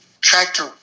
tractor